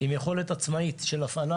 עם יכולת עצמאית של הפעלה,